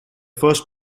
first